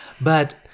But-